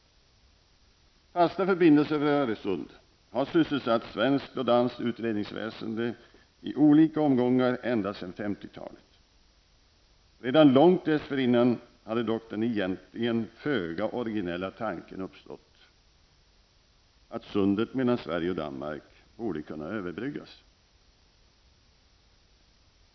Fasta förbindelser över Öresund har sysselsatt svenskt och danskt utredningsväsende i olika omgångar ända sedan 50-talet. Redan långt dessförinnan hade dock den egentligen föga originella tanken uppstått att sundet mellan Sverige och Danmark borde kunna överbyggas.